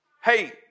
Hey